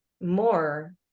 more